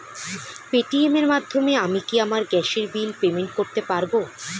Paytm এর মাধ্যমে আমি কি আমার গ্যাসের বিল পেমেন্ট করতে পারব?